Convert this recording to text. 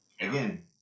again